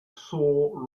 sore